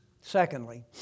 Secondly